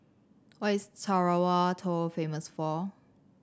what is Tarawa Atoll famous for